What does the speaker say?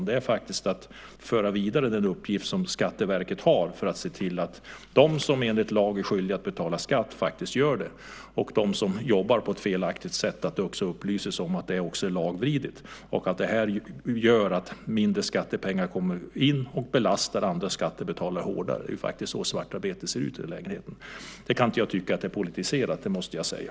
Det är faktiskt att föra vidare den uppgift som Skatteverket har att se till att de som enligt lag är skyldiga att betala skatt faktiskt gör det och att det också upplyses om att det är lagvidrigt om man jobbar på ett felaktigt sätt. Det gör ju att mindre skattepengar kommer in, och därmed belastas andra skattebetalare hårdare. Det är faktiskt det svartarbete innebär. Jag kan inte tycka att det är att politisera. Det måste jag säga.